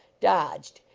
dodged,